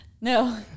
No